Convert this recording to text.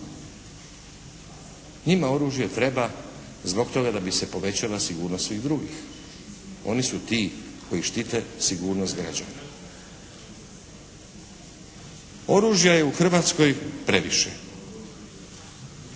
Njima oružje treba zbog toga da bi se povećala sigurnost svih drugih. Oni su ti koji štite sigurnost građana. Oružja je u Hrvatskoj previše